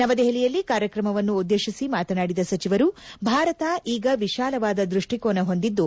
ನವದೆಹಲಿಯಲ್ಲಿ ಕಾರ್ಯಕ್ರಮವನ್ನು ಉದ್ದೇಶಿಸಿ ಮಾತನಾಡಿದ ಸಚಿವರು ಭಾರತ ಈಗ ವಿಶಾಲವಾದ ದೃಷ್ಟಿಕೋನ ಹೊಂದಿದ್ದು